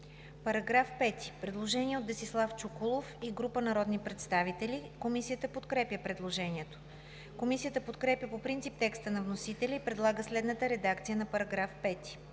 По § 5 има предложение от Десислав Чуколов и група народни представители. Комисията подкрепя предложението. Комисията подкрепя по принцип текста на вносителя и предлага следната редакция § 5: „§ 5.